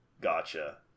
gotcha